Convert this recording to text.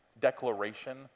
declaration